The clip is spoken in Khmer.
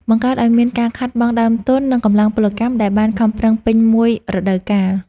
បង្កើតឱ្យមានការខាតបង់ដើមទុន និងកម្លាំងពលកម្មដែលបានខំប្រឹងពេញមួយរដូវកាល។